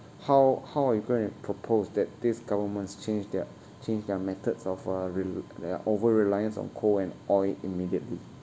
how how you're going to propose that these governments change their change their methods of uh rel~ over reliance on coal and oil immediately